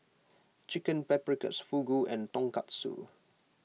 Chicken Paprikas Fugu and Tonkatsu